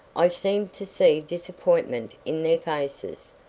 i seem to see disappointment in their faces.